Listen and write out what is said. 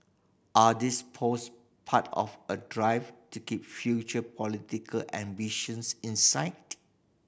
are these pose part of a drive to keep future political ambitions in sight